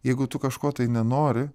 jeigu tu kažko tai nenori